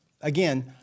again